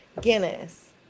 Guinness